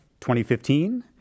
2015